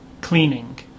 Cleaning